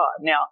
Now